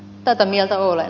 tätä mieltä olen